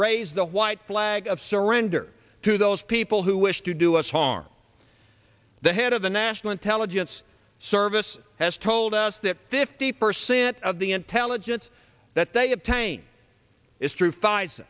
raise the white flag of surrender to those people who wish to do us harm the head of the national intelligence service has told us that fifty percent of the intelligence that they obtain is true fi